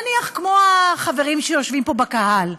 נניח כמו החברים שיושבים פה בקהל,